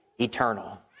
eternal